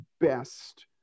best